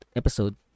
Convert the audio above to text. episode